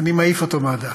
אני מעיף אותו מהדף,